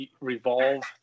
revolve